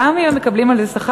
גם אם הם מקבלים על זה שכר.